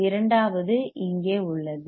இரண்டாவது இங்கே உள்ளது